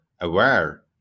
aware